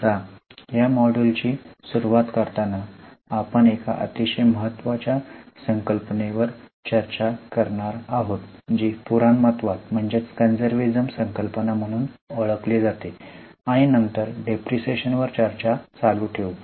आता या मॉड्यूलची सुरूवात करताना आपण एका अतिशय महत्वाच्या संकल्पनेवर चर्चा करणार आहोत जी पुराणमतवाद संकल्पना म्हणून ओळखली जाते आणि नंतर डिप्रीशीएशन वर चर्चा चालू ठेवू